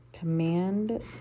Command